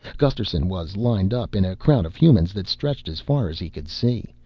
gusterson was lined up in a crowd of humans that stretched as far as he could see,